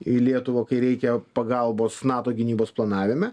į lietuvą kai reikia pagalbos nato gynybos planavime